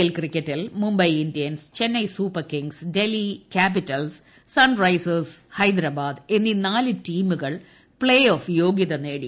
L ക്രിക്കറ്റിൽ Mumbai Indians Chennai Super Kings Delhi Capitals Sunrisers Hyderabad എന്നീ നാല് ടീമുകൾ പ്പേ ഓഫ് യോഗൃത് ദ്നേടി